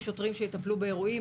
שיטפלו באירועים,